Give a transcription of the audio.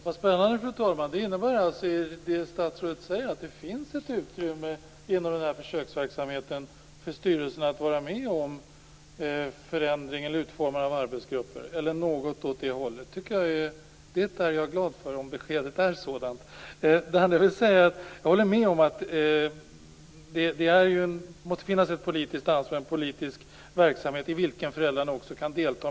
Fru talman! Så spännande. Det statsrådet säger innebär alltså att det finns ett utrymme inom försöksverksamheten för styrelsen att vara med om utformandet av arbetsgrupper eller något åt det hållet. Det är jag glad för, om beskedet är sådant. Jag håller med om att det måste finnas ett politiskt ansvar och en politisk verksamhet i vilken föräldrarna också kan delta.